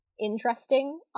interesting